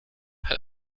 hat